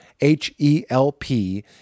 H-E-L-P